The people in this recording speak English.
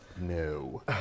No